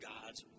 God's